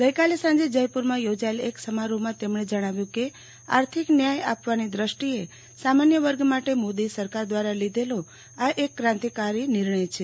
ગઈકાલે સાંજે જયપુરમાં યોજાયેલા એક સમારોહમાં તેમણે જણાવ્યુ કે આર્થિક ન્યાય આપવાની દષ્ટિએ સામાન્ય વર્ગ માટે મોદી સરકાર દ્રારા લીધેલો આ એક ક્રાંતિકારી નિર્ણય છે